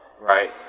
Right